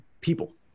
people